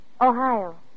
Ohio